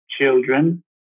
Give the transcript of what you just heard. children